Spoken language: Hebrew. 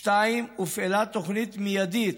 2. הופעלה תוכנית מיידית